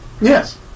Yes